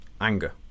anger